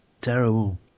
Terrible